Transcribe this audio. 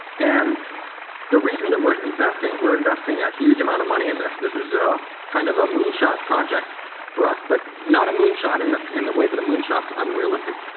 and the reason we are investing, we are investing a huge amount of money in this. this is a kind of a moon shot project for us, but not a moon shot in the in the way that a moon shot is unreali stic,